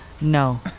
No